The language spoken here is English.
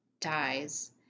dies